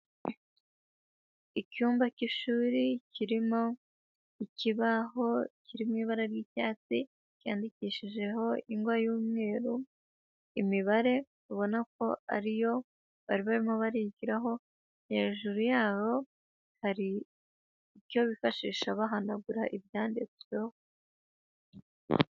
Icyumba cy'ishuri kirimo ikibaho kirimo ibara ry'ibyatsi ryandikishijeho ingwa y'umweru. Imibare ubona ko ari yo bari barimo barigiraho. Hejuru yabo hari icyo bifashisha bahanagura ibyanditsweho.